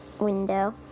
window